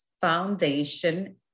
Foundation